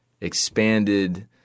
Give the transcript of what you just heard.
expanded